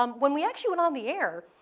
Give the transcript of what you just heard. um when we actually went on the air,